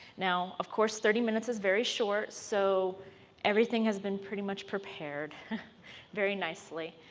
now of course thirty minutes is very short, so everything has been pretty much prepared very nicely.